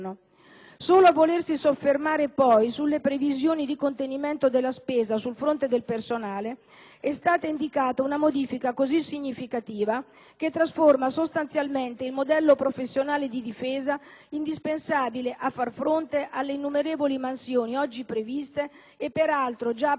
Solo a volersi soffermare poi sulle previsioni di contenimento della spesa sul fronte del personale, è stata indicata una modifica così significativa che trasforma sostanzialmente il modello professionale di difesa, indispensabile a far fronte alle innumerevoli mansioni oggi previste e peraltro già approvate in Parlamento,